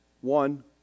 one